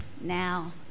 now